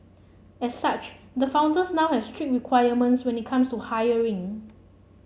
as such the founders now has strict requirements when it comes to hiring